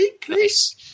Please